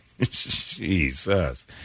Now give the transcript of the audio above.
Jesus